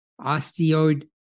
osteoid